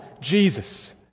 Jesus